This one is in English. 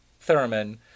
Thurman